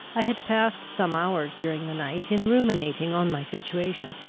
i had passed some hours during the night in ruminating on my situation.